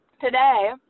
today